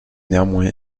néanmoins